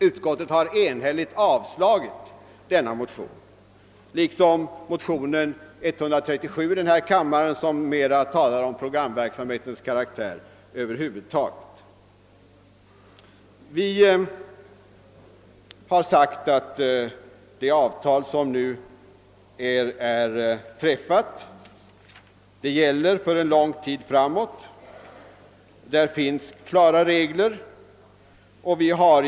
Utskottet har enhälligt avstyrkt denna motion liksom motionen I1:137, vari det mera talas om programverksamhetens karaktär över huvud taget. Vi har sagt att det avtal som nu är träffat gäller för en lång tid framåt och att där finns klara regler.